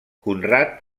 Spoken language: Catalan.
conrad